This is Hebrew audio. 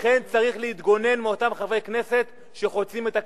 לכן צריך להתגונן מאותם חברי כנסת שחוצים את הקווים.